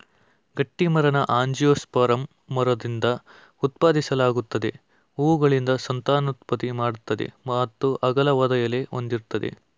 ಗಟ್ಟಿಮರನ angiosperm ಮರದಿಂದ ಉತ್ಪಾದಿಸಲಾಗ್ತದೆ ಹೂವುಗಳಿಂದ ಸಂತಾನೋತ್ಪತ್ತಿ ಮಾಡ್ತದೆ ಮತ್ತು ಅಗಲವಾದ ಎಲೆ ಹೊಂದಿರ್ತದೆ